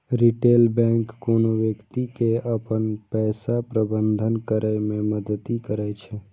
retail bank कोनो व्यक्ति के अपन पैसाक प्रबंधन करै मे मदति करै छै